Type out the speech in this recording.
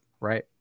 Right